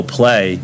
play